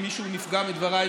אם מישהו נפגע מדבריי,